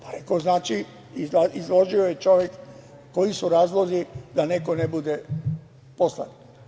Pa, rekoh znači izložio je čovek koji su razlozi da neko ne bude poslanik.